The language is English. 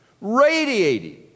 radiating